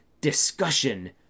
discussion